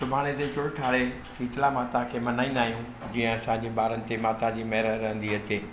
सुभाणे जेतिरो ठाहे शीतला माता खे मनाईंदा आहियूं जीअं असांजे ॿारनि ते माता जी महिर रहंदी अचे